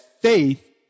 faith